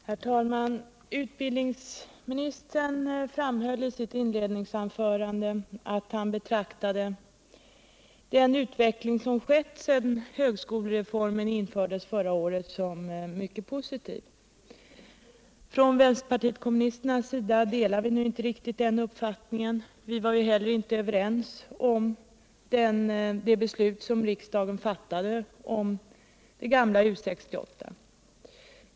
Herr talman! Regeringen har ett bemyndigande i form av en resurs på det här området, men enligt min mening bör man, om man använder det, i efterhand anmäla det för riksdagen. Herr talman! Utbildningsministern framhöll i sitt inledningsanförande att han betraktade den utveckling som skett sedan högskolereformen genomfördes förra året som mycket positiv. Inom vänsterpartiet kommunisterna delar vi nu inte riktigt den uppfattningen. Vi var inte heller med om det beslut som riksdagen fattade om det gamla U 68.